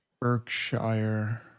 Berkshire